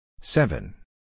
seven